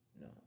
No